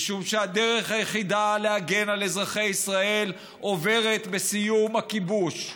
משום שהדרך היחידה להגן על אזרחי ישראל עוברת בסיום הכיבוש,